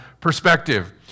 perspective